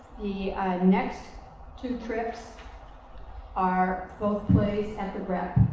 the next two trips are both plays at the rep.